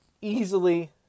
Easily